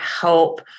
help